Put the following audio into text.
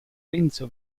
renzo